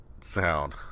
sound